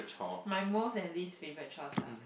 my most and least favourite chores ah